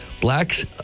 blacks